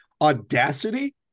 audacity